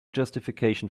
justification